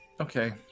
Okay